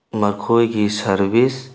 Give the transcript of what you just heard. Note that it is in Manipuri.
ꯃꯈꯣꯏꯒꯤ ꯁꯔꯕꯤꯁ